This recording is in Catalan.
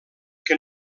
que